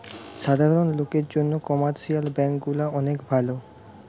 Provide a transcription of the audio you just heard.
সাধারণ লোকের জন্যে কমার্শিয়াল ব্যাঙ্ক গুলা অনেক ভালো